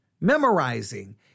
memorizing